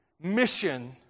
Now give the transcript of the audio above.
mission